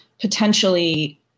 potentially